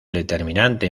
determinante